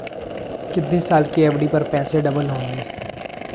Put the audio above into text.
कितने साल की एफ.डी पर पैसे डबल होंगे?